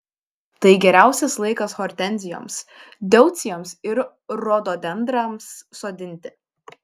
tai geriausias laikas hortenzijoms deucijoms ir rododendrams sodinti